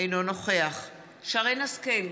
אינו נוכח שרן השכל,